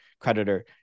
creditor